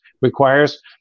requires